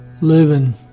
living